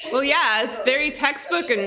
well yeah, it's very textbook. and and